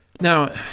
Now